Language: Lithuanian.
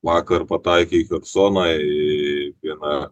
vakar vakar pataikę į chersoną į vieną